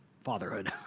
fatherhood